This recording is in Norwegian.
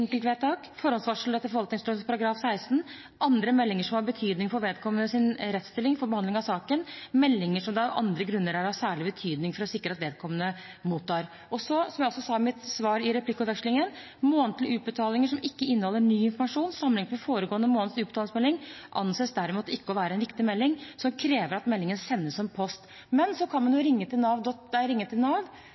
Forhåndsvarsel etter forvaltningsloven § 16 Andre meldinger som har betydning for vedkommende sin rettsstilling, for behandling av saken Meldinger som det av andre grunner er av særlig betydning å sikre at vedkommende mottar» Som jeg også har sagt i et tidligere svar: «Månedlige utbetalingsmeldinger som ikke inneholder ny informasjon sammenliknet med foregående måneds utbetalingsmelding, anses derimot ikke å være en viktig melding som krever at meldingen sendes som post Man kan ringe til Nav, få informasjonen lest opp muntlig, og i særlige tilfeller kan man